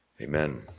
Amen